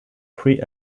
free